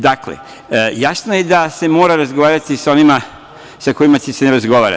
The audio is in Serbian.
Dakle, jasno je da se mora razgovarati sa onima sa kojima će da se razgovara.